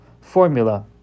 formula